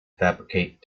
fabricate